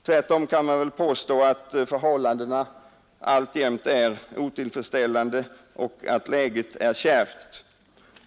Tvärtom kan man väl påstå att förhållandena alltjämt är otillfredställande och att läget är kärvt.